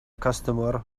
customer